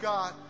God